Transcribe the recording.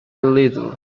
little